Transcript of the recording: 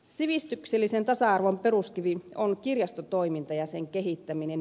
sivistyksellisen tasa arvon peruskivi on kirjastotoiminta ja sen kehittäminen